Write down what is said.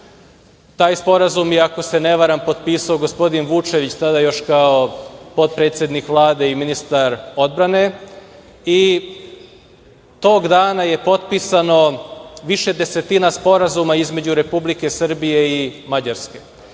Taj sporazum je, ako se ne varam, potpisao gospodin Vučević, tada još kao potpredsednik Vlade i ministar odbrane. Tog dana je potpisano više desetina sporazuma između Republike Srbije i Mađarske. Na